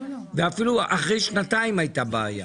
דברים שכן נכנסים לתוך תקציב משרד